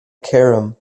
cairum